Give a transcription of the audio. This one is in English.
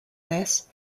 this